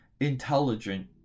intelligent